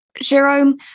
Jerome